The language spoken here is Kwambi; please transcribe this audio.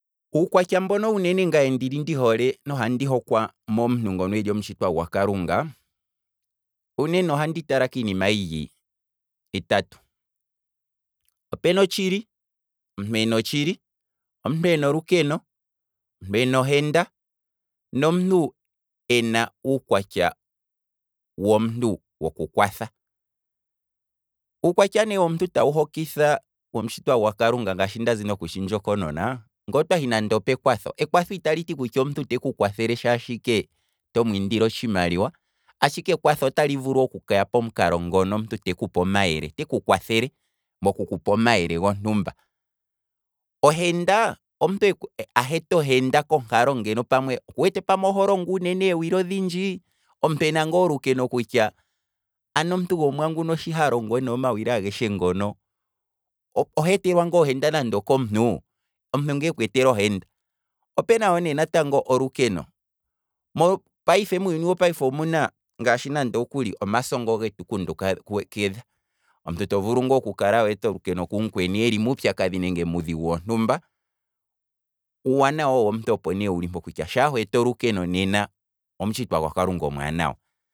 Uukwatya mboka ngaye ndi hole uunene nohandi hokwa momuntu ngono eli omutshitwa gwakalunga, uunene ohandi tala kiinima yili itatu, opena otshili, omuntu ena otshili, omuntu ena olukeno, omuntu ena oshenda, nomuntu ena uukwatya womuntu woku kwatha. Uukwatya ne womuntu tawu hokitha omutshitwa gwakalunga ngaashi ndazi nokutshi ndjokonona, ngoo twahi nande opekwatho, ekwatho italiti kutya omuntu teku kwathele ike shashi to mwiindile otshimaliwa, ashike ekwatho otali vulu okuya pomukalo ngono omuntu tekupe omayele, teku kwathele mokuku pa omayele gontumba, ohenda, omuntu aheta ohenda konkalo ngeno pamwe, okuwete pamwe oho longo uunene eewili odhindji, omuntu ena ngaa olukeno kutya ano omuntu go'mwa nguno shi halongo omawili ageshe ngono, oheetelwa ngaa ohenda nande okomuntu, omuntu ngaa ekwee tela ohenda, opena wo natango olukeno, mopa muuyuni wopayife omuna ngaashi nande okuli omaso nga getu kundukidha, omuntu to vulu ngaa oku kala weeta olukeno ku m'kweni eli ngaa mupyaladhi nenge muudhigu wontumba, uuwanawa womuntu opo ne wuli mpo kutya, shaa hweta olukeno nena omutshitwa gwakalunga omwaanawa.